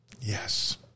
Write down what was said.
Yes